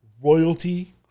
Royalty